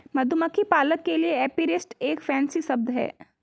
मधुमक्खी पालक के लिए एपीरिस्ट एक फैंसी शब्द है